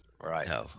Right